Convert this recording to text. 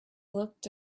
looked